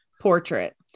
portrait